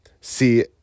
see